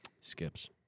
Skips